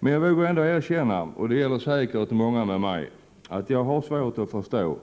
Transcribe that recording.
Men jag vill erkänna — och det gör säkert många med mig — att jag har svårt att förstå